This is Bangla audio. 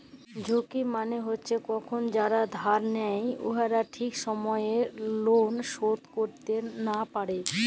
ঝুঁকি মালে হছে কখল যারা ধার লেই উয়ারা ঠিক সময়ে লল শোধ ক্যইরতে লা পারে